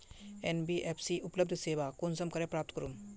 NBFC उपलब्ध सेवा कुंसम करे प्राप्त करूम?